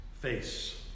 face